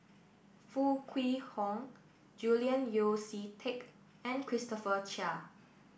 Foo Kwee Horng Julian Yeo See Teck and Christopher Chia